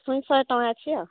ଛୁଇଁ ଶହେ ଟଙ୍କା ଅଛି ଆଉ